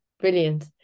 Brilliant